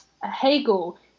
Hegel